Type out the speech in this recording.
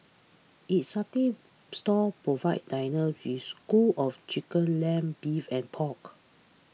its satay stalls provide diners with skewers of chicken lamb beef and pork